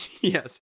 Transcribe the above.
Yes